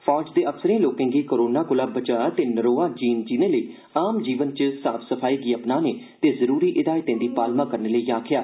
फौज दे अफसरें लोकें गी कोरोना कोला बचाव ते नरोआ जीन जीने लेई आम जीवनै च साफ सफाई गी अपनाने ते जरूररी हिदायते दी पालमा करने लेई आक्खेआ